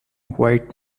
white